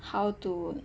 how to